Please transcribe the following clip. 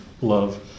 love